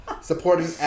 Supporting